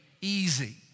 easy